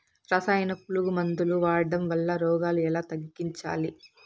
రసాయన పులుగు మందులు వాడడం వలన రోగాలు ఎలా తగ్గించాలి?